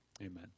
Amen